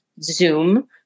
Zoom